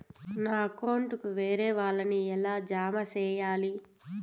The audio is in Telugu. నా అకౌంట్ కు వేరే వాళ్ళ ని ఎలా జామ సేయాలి?